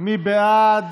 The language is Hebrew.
מי בעד